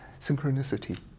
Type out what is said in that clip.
synchronicity